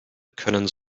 können